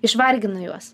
išvargina juos